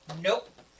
Nope